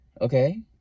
okay